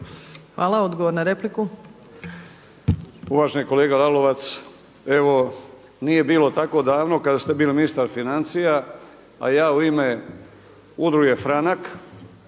Hvala. Odgovor na repliku.